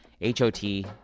H-O-T